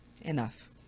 Enough